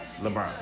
LeBron